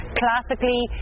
classically